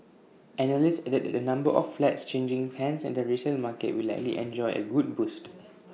analysts added that the number of flats changing hands in the resale market will likely enjoy A good boost